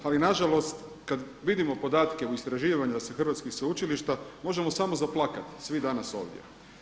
Ali na žalost, kada vidimo podatke u istraživanju sa hrvatskih sveučilišta, možemo samo zaplakati svi danas ovdje.